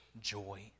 joy